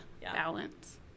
balance